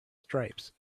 stripes